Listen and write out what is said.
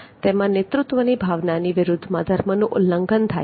તેમાં નેતૃત્વની ભાવનાની વિરુદ્ધમાં ધર્મનું ઉલ્લંઘન થાય છે